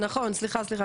תודה שהזמנתם